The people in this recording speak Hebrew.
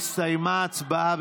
הסתיימה ההצבעה.